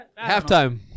Halftime